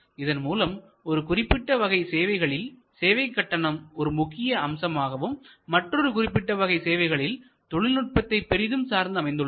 இதன் மூலம் ஒரு குறிப்பிட்ட வகை சேவைகளில் சேவை கட்டணம் ஒரு முக்கிய அம்சமாகவும் மற்றொரு குறிப்பிட்டவகை சேவைகள் தொழில்நுட்பத்தை பெரிதும் சார்ந்து அமைந்துள்ளன